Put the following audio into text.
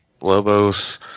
Lobos